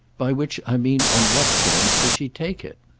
by which i mean on what terms does she take it?